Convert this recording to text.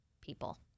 people